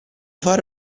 fare